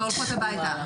הן הולכות הביתה.